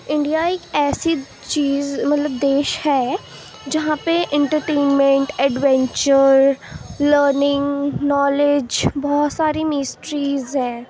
India ایک ایسی چیز مطلب دیش ہے جہاں پہ انٹرٹینمنٹ ایڈونچر لرننگ نالج بہت ساری مسٹریز ہیں